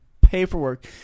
paperwork